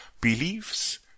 beliefs